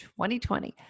2020